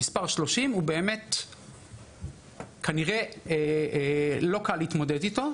המספר 30 הוא כנראה מספר שבאמת לא קל להתמודד אתו.